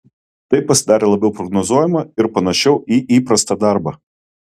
tai pasidarė labiau prognozuojama ir panašiau į įprastą darbą